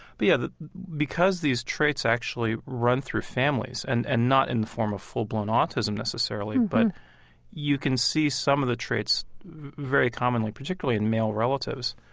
but, yeah, that because these traits actually run through families, and and not in the form of full-blown autism necessarily, but you can see some of the traits very commonly, particularly in male relatives.